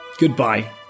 Goodbye